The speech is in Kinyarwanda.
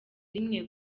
rimwe